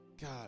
God